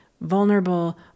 vulnerable